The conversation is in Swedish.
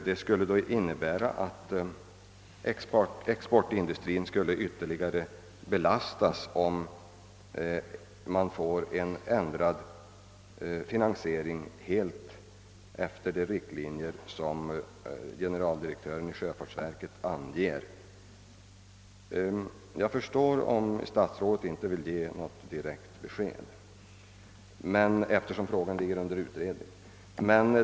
Det skulle då innebära att exportindustrin skulle ytterligare belastas om man får en ändrad finansiering helt efter de riktlinjer som generaldirektören i sjöfartsstyrelsen anger. Eftersom frågan ligger under utredning, har jag förståelse för om statsrådet inte vill ge något detaljerat besked.